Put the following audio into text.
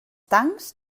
tancs